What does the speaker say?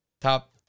Top